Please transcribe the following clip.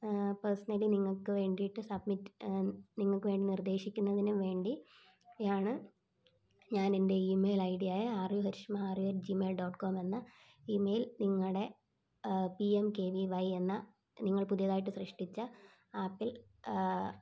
personally നിങ്ങൾക്ക് വേണ്ടിയിട്ട് submit നിങ്ങൾക്ക് വേണ്ടി നിർദ്ദേശിക്കുന്നതിനും വേണ്ടി യാണ് ഞാൻ എൻ്റെ ഇമെയിൽ ഐ ഡി ആയ R U Harishma R U at Gmail dot com എന്ന ഇമെയിൽ നിങ്ങളുടെ P M K V Y എന്ന നിങ്ങൾ പുതിയതായിട്ട് സൃഷ്ടിച്ച ആപ്പിൽ